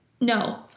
no